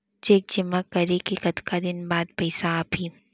Cheque जेमा करे के कतका दिन बाद पइसा आप ही?